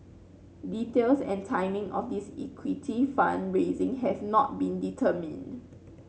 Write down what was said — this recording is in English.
details and timing of this equity fund raising have not been determined